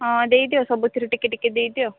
ହଁ ଦେଇଦିଅ ସବୁଥିରୁ ଟିକେ ଟିକେ ଦେଇଦିଅ